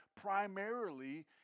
primarily